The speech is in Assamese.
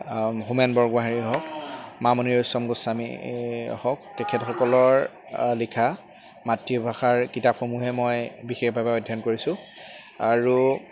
হোমেন বৰগোহাঁঞিৰ হওক মামণি ৰয়চম গোস্বামীৰ হওক তেখেতসকলৰ লিখা মাতৃভাষাৰ কিতাপসমূহে মই বিশেষভাৱে অধ্যয়ন কৰিছোঁ আৰু